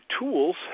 tools